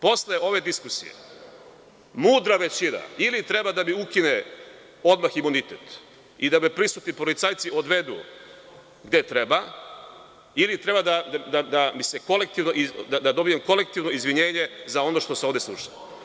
Posle ove diskusije, mudra većina ili treba da mi ukine imunitet i da me prisutni policajci odvedu gde treba ili treba da dobijem kolektivno izvinjenje za ono što se ovde sluša.